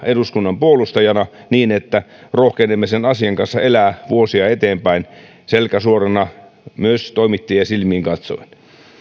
eduskunnan puolustajana niin että rohkenemme sen asian kanssa elää vuosia eteenpäin selkä suorana myös toimittajia silmiin katsoen